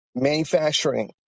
Manufacturing